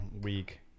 week